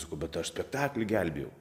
sakau bet spektaklį gelbėjau